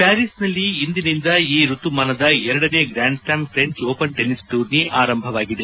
ಪ್ಟಾರೀಸ್ನಲ್ಲಿ ಇಂದಿನಿಂದ ಈ ಋತುಮಾನದ ಎರಡನೇ grand slam French open tennis tourney ಆರಂಭವಾಗಿದೆ